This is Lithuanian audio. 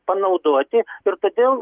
panaudoti ir todėl